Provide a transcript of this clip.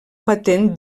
patent